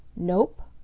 nope!